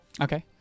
Okay